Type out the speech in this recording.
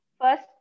First